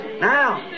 Now